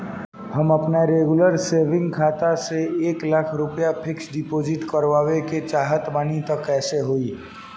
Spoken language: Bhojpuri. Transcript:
हम आपन रेगुलर सेविंग खाता से एक लाख रुपया फिक्स डिपॉज़िट करवावे के चाहत बानी त कैसे होई?